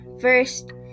First